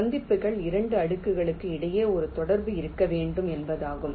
சந்திப்புகள் 2 அடுக்குகளுக்கு இடையே ஒரு தொடர்பு இருக்க வேண்டும் என்பதாகும்